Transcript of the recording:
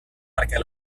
perquè